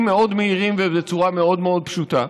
מאוד מהירים ובצורה מאוד מאוד פשוטה?